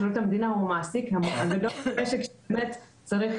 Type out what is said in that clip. שירות המדינה הוא המעסיק הגדול במשק שבאמת צריך